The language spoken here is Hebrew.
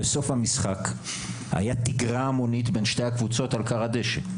בסוף המשחק היתה תגרה המונית בין שתי הקבוצות על כר הדשא.